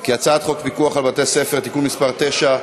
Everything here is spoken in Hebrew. כי הצעת חוק פיקוח על בתי-ספר (תיקון מס' 9)